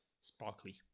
sparkly